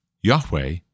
Yahweh